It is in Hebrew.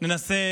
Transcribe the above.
ננסה